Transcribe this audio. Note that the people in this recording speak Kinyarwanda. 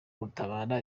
gutabara